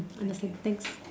I want to say thanks